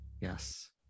Yes